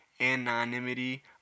Anonymity